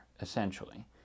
essentially